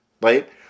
right